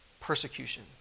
persecution